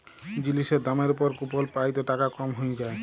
জিলিসের দামের উপর কুপল পাই ত টাকা কম হ্যঁয়ে যায়